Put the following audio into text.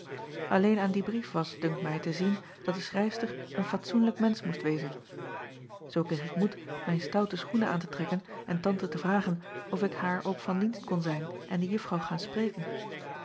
lleen aan dien brief was dunkt mij te zien dat de schrijfster een fatsoenlijk mensch moest wezen oo kreeg ik moed mijn stoute schoenen aan te trekken en ante te vragen of ik haar ook van dienst kon zijn en die uffrouw gaan spreken